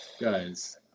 Guys